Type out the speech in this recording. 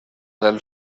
del